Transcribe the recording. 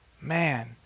man